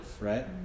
right